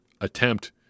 attempt